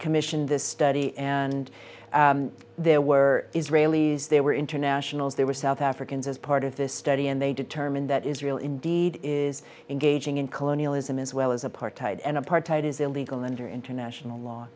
commissioned this study and there were israelis there were internationals there were south africans as part of this study and they determined that israel indeed is engaging in colonialism as well as apartheid and apartheid is illegal under international law